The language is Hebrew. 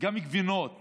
גם גבינות